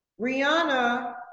Rihanna